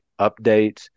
Updates